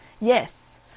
Yes